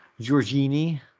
Giorgini